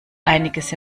einiges